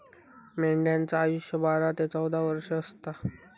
मेंढ्यांचा आयुष्य बारा ते चौदा वर्ष असता